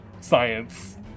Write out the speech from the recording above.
science